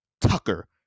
Tucker